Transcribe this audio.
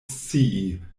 scii